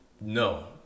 No